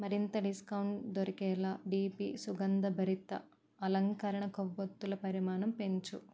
మరింత డిస్కౌంట్ దొరికేలా డీపీ సుగంధభరిత అలంకరణ కొవ్వొత్తుల పరిమాణం పెంచు